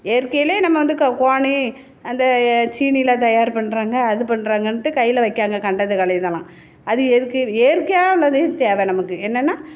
இயற்கையிலேயே நம்ம வந்து க் குவானே அந்த சீனியில் தயார் பண்ணுறாங்க அது பண்ணுறாங்கன்ட்டு கையில் வைக்கிறாங்க கண்டது கழியதெல்லாம் அது எதுக்கு இயற்கையாக உள்ளதே தேவை நமக்கு என்னென்னால்